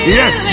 yes